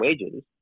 wages